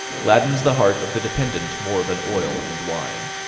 gladdens the heart of the dependant more than oil and wine.